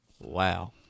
wow